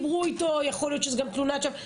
יכול להיות שזאת גם תלונת שווא